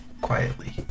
quietly